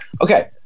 Okay